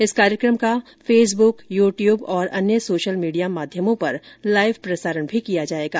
इस कार्यक्रम का फेसबुक यू टयूब और अन्य सोशल मीडिया माध्यमों पर लाइव प्रसारण भी किया जाएगा